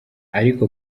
ariko